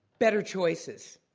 better choices,